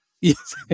Yes